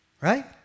Right